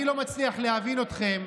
אני לא מצליח להבין אתכם,